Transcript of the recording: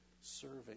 serving